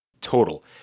Total